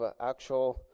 actual